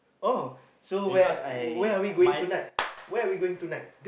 oh so where where are we going tonight where are we going tonight